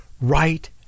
right